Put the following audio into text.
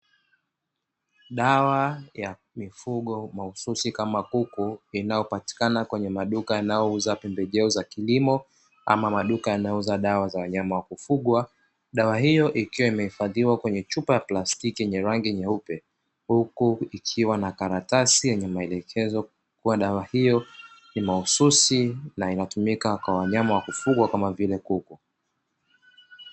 Dawa ya mifugo mahususi kama kuku inayopatikana kwenye maduka yanayouza pembejeo za kilimo ama maduka yanauza dawa za wanyama wa kufugwa, dawa hiyo ikiwa imehifadhiwa kwenye chupa ya plastiki yenye rangi nyeupe, huku ikiwa na karatasi yenye maelekezo kuwa dawa hiyo ni mahususi na inatumika kwa wanyama wa kufugwa kama vile kuku.